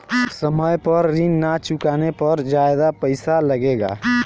समय पर ऋण ना चुकाने पर ज्यादा पईसा लगेला?